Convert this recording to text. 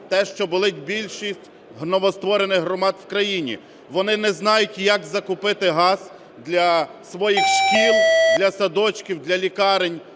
те, що болить більшості новостворених громад в країні. Вони не знають, як закупити газ для своїх шкіл, для садочків, для лікарень.